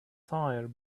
tire